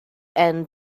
end